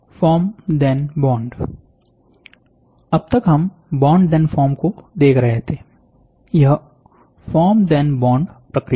form then बॉन्डअब तक हम बॉन्ड धेन फॉर्म को देख रहे थे यह फॉर्म धेन बॉन्ड प्रक्रिया है